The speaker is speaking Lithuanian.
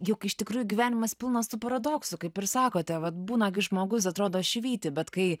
juk iš tikrųjų gyvenimas pilnas tų paradoksų kaip ir sakote vat būna kai žmogus atrodo švyti bet kai